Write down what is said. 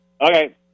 Okay